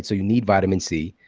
so you need vitamin c.